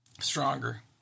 stronger